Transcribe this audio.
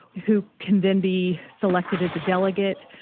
who can then be selected as a delegate,